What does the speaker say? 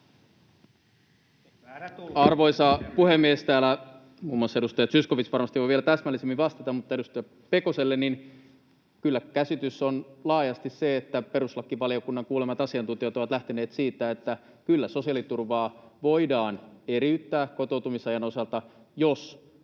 Arvoisa puhemies! Täällä muun muassa edustaja Zyskowicz varmasti voi vielä täsmällisemmin vastata, mutta edustaja Pekoselle: kyllä käsitys on laajasti se, että perustuslakivaliokunnan kuulemat asiantuntijat ovat lähteneet siitä, että kyllä sosiaaliturvaa voidaan eriyttää kotoutumisajan osalta, jos